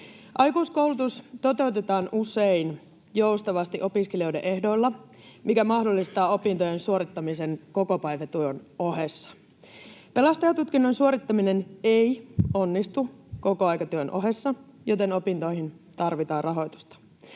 Aikuiskoulutus toteutetaan usein joustavasti opiskelijoiden ehdoilla, mikä mahdollistaa opintojen suorittamisen kokopäivätyön ohessa. Pelastajatutkinnon suorittaminen ei onnistu kokoaikatyön ohessa, joten opintoihin tarvitaan rahoitusta.